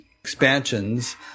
expansions